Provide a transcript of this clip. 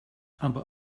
aber